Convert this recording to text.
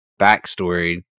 backstory